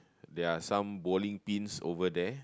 there are some bowling teams over there